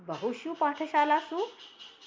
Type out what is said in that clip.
बहुषु पाठशालासु